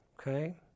okay